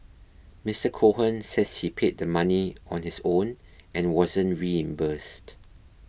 Mister Cohen says he paid the money on his own and wasn't reimbursed